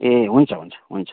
ए हुन्छ हुन्छ